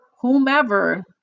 whomever